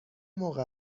موقع